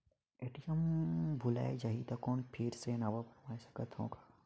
ATM भुलाये जाही तो कौन फिर से नवा बनवाय सकत हो का?